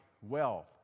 wealth